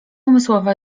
umysłowa